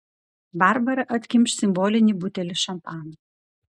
barbara atkimš simbolinį butelį šampano